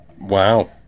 Wow